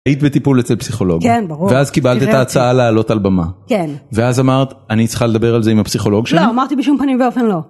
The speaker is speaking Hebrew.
היית בטיפול אצל פסיכולוג ואז קיבלת את ההצעה להעלות על במה ואז אמרת אני צריכה לדבר על זה עם הפסיכולוג שלי? לא, אמרתי בשום פנים ואופן לא.